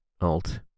alt